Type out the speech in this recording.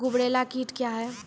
गुबरैला कीट क्या हैं?